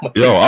yo